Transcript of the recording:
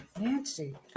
Nancy